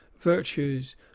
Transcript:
virtues